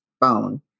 bone